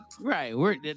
Right